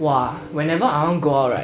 !wah! whenever I want go out right